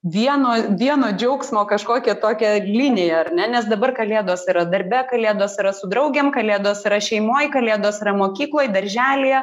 vieno vieno džiaugsmo kažkokią tokią liniją ar ne nes dabar kalėdos yra darbe kalėdos yra su draugėm kalėdos yra šeimoj kalėdos yra mokykloj darželyje